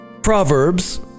Proverbs